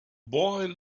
boy